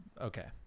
okay